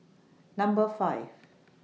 Number five